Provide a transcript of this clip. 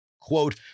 Quote